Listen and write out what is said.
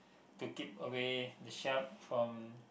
to keep away the shark from